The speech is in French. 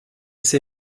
ses